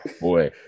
boy